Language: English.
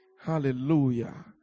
hallelujah